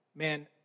Man